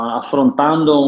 affrontando